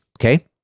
okay